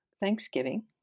Thanksgiving